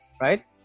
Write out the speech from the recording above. Right